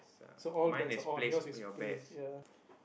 so all bets are on yours is place ya